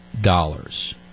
dollars